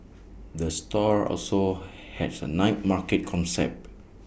the store also has A night market concept